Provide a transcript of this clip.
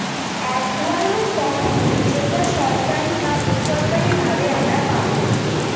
এক ধরনের তহবিল যেটা সরকারি বা বেসরকারি ভাবে আমারা পাবো